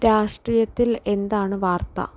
രാഷ്ട്രീയത്തിൽ എന്താണ് വാർത്ത